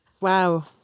Wow